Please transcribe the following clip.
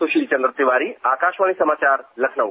सुशील चन्द्र तिवारी आकाशवाणी समाचार लखनऊ